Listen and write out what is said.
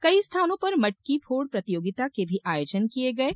कई स्थानों पर मटकी फोड प्रतियोगिता के भी आयोजन किये गये